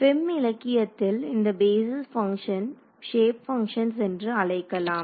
FEM இலக்கியத்தில் இந்த basis functions shape functions என்று அழைக்கலாம்